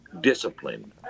discipline